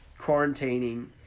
quarantining